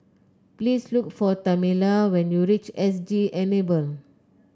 please look for Tamela when you reach S G Enable